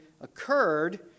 occurred